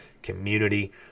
community